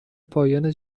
پایان